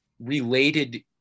related